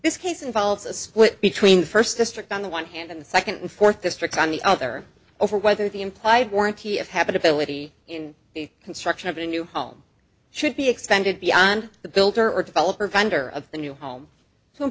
this case involves a split between first district on the one hand and the second and fourth district on the other over whether the implied warranty of habitability in the construction of a new home should be extended beyond the builder or developer vendor of the new home